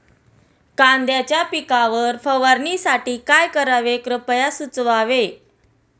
कांद्यांच्या पिकावर फवारणीसाठी काय करावे कृपया सुचवावे